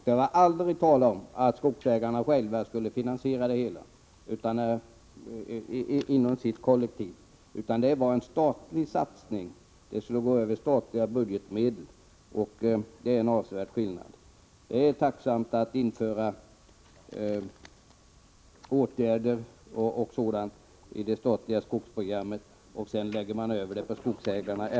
Det var aldrig tal om att skogsägarna själva skulle finansiera det hela inom sitt kollektiv, utan det var en statlig satsning statliga budgetmedel. Det är en avsevärd skillnad. Det är verkligen finurligt att vidta åtgärder i det statliga skogsprogrammet och att sedan lägga över kostnaderna på skogsägarna.